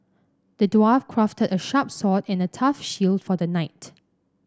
the dwarf crafted a sharp sword and a tough shield for the knight